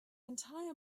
entire